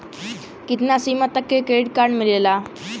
कितना सीमा तक के क्रेडिट कार्ड मिलेला?